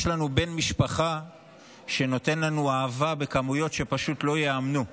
יש לנו בן משפחה שנותן לנו אהבה בכמויות שפשוט לא ייאמנו.